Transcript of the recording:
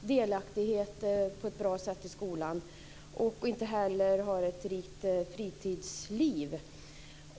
delaktighet på ett bra sätt i skolan och inte heller har ett rikt fritidsliv.